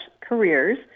careers